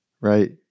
right